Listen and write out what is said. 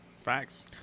Facts